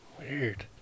Weird